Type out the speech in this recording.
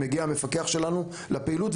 מגיע המפקח שלנו לפעילות,